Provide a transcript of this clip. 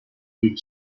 with